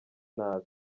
nabi